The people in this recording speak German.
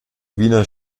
wiener